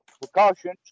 precautions